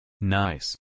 nice